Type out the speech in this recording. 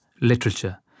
literature